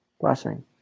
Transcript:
blessing